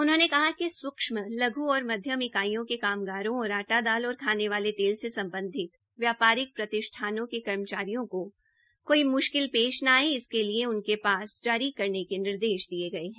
उन्होंने कहा कि सूक्षम लघ् और मध्यम इकाइयों के कामगारों और आटा दाल और खाने वापले तेल से सम्बधित व्यापारिक प्रतिष्ठानों के कर्मचारियों को म्श्किल पेश न आये इसके लिए उनके पास जारी करने के निर्देश दिये गये है